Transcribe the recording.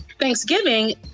Thanksgiving